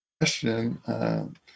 question